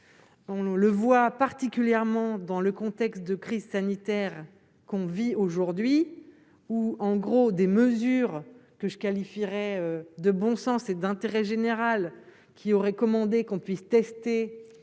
ne le voit, particulièrement dans le contexte de crise sanitaire qu'on vit aujourd'hui, où en gros des mesures que je qualifierais de bon sens et d'intérêt général qui aurait commandé qu'on puisse tester